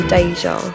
Deja